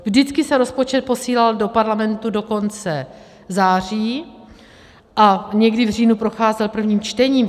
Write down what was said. Vždycky se rozpočet posílal do parlamentu do konce září a někdy v říjnu procházel prvním čtením.